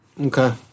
Okay